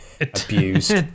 abused